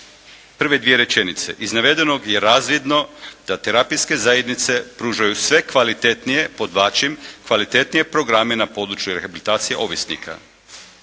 Prve dvije rečenice: «Iz navedenog je razvidno da terapijske zajednice pružaju sve kvalitetnije», podvlačim «kvalitetnije programe na području rehabilitacije ovisnika.